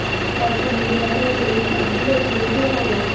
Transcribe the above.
অর্থনৈতিক ব্যাপারে এইসব গুলোর পরিষেবা পাবো